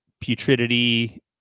putridity